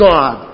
God